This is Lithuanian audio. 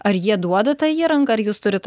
ar jie duoda tą įrangą ar jūs turit